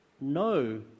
no